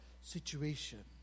situation